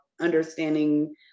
understanding